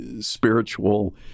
spiritual